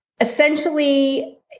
essentially